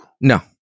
No